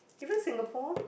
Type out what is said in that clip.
even Singapore